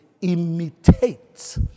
imitate